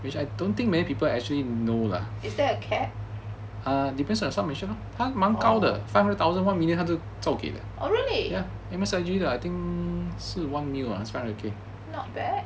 is there a cap oh really